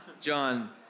John